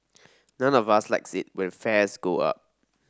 none of us likes it when fares go up